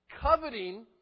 Coveting